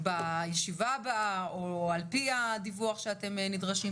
בישיבה הבאה או על פי הדיווח שאתם נדרשים,